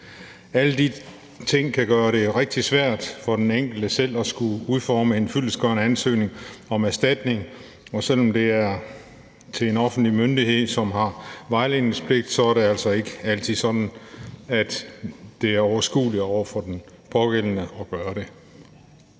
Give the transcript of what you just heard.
Alle de ting kan gøre det rigtig svært for den enkelte selv at skulle udforme en fyldestgørende ansøgning om erstatning, og selv om det er til en offentlig myndighed, som har vejledningspligt, er det altså ikke altid sådan, at det er overskueligt for den pågældende at gøre det.